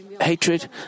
hatred